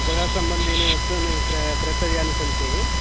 गृहसंबन्धीनि वस्तूनि क्रेतव्यानि सन्ति